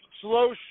slow